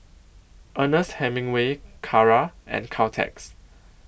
Ernest Hemingway Kara and Caltex